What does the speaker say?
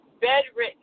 bedridden